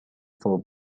for